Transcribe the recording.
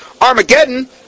Armageddon